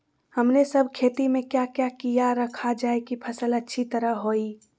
हमने सब खेती में क्या क्या किया रखा जाए की फसल अच्छी तरह होई?